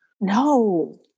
No